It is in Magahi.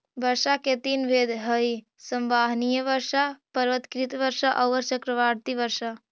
वर्षा के तीन भेद हई संवहनीय वर्षा, पर्वतकृत वर्षा औउर चक्रवाती वर्षा